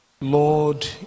Lord